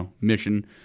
mission